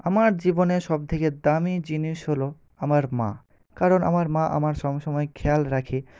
আমার জীবনের সবথেকে দামি জিনিস হল আমার মা কারণ আমার মা আমার সবসময় খেয়াল রাখে